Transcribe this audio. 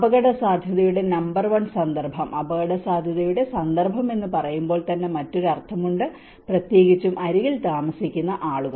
അപകടസാധ്യതയുടെ number one സന്ദർഭം അപകടസാധ്യതയുടെ സന്ദർഭം എന്ന് പറയുമ്പോൾ തന്നെ മറ്റൊരു അർത്ഥമുണ്ട് പ്രത്യേകിച്ച് അരികിൽ താമസിക്കുന്ന ആളുകൾ